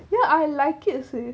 ya I like it see